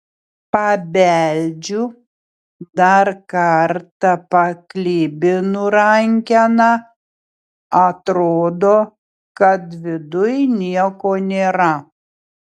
pabeldžiu dar kartą paklibinu rankeną atrodo kad viduj nieko nėra